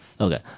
Okay